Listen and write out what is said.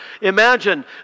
Imagine